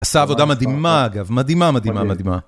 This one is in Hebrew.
עשה עבודה מדהימה, אגב. מדהימה, מדהימה, מדהימה.